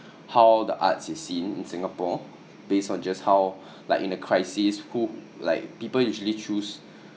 how the arts is seen in singapore based on just how like in a crisis who like people usually choose